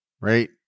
right